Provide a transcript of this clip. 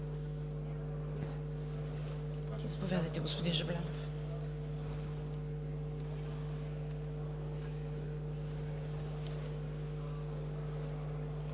Заповядайте, господин Жаблянов.